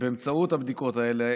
באמצעות הבדיקות האלה,